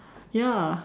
ya